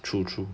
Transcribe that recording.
true true